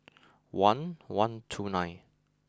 one one two nine